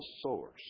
source